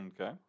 Okay